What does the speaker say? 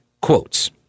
quotes